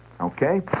Okay